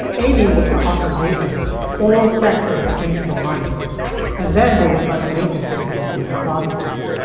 and amy was to offer nathan oral sex in exchange for money and then they would bus nathan for soliciting a prostitute.